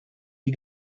die